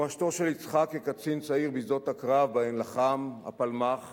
מורשתו של יצחק כקצין צעיר בשדות הקרב שבהם לחם בפלמ"ח